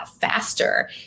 faster